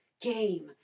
Game